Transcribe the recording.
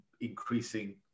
increasing